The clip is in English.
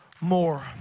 more